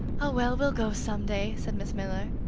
oh, well, we'll go some day, said miss miller.